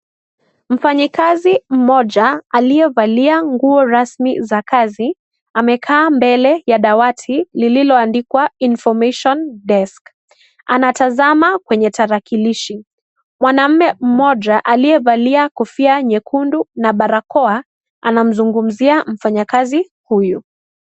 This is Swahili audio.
Mfanyikazi mmoja aliyevalia nguo rasmi za kazi amekaa mbele ya dawati lililoandikwa Information Desk, anatazama kwenye tarakilishi. Mwanamume mmoja aliyevalia kofia nyekundu na barakoa anamzungumzia mfanyikazi huyu.